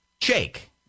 Jake